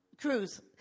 Cruz